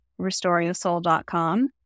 RestoringTheSoul.com